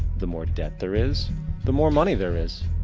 the more debt there is the more money there is.